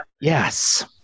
yes